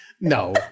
No